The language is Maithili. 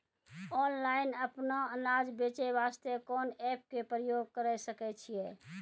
ऑनलाइन अपनो अनाज बेचे वास्ते कोंन एप्प के उपयोग करें सकय छियै?